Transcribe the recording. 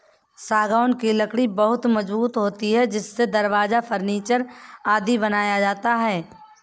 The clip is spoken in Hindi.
सागौन लकड़ी बहुत मजबूत होती है इससे दरवाजा, फर्नीचर आदि बनाया जाता है